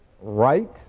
Right